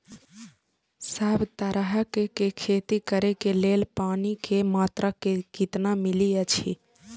सब तरहक के खेती करे के लेल पानी के मात्रा कितना मिली अछि?